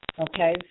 Okay